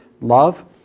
love